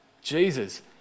Jesus